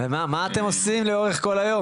ומה, מה אתם עושים לאורך כל היום?